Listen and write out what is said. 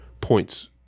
Points